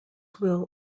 will